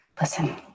listen